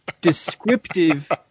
descriptive